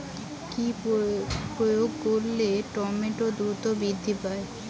কি প্রয়োগ করলে টমেটো দ্রুত বৃদ্ধি পায়?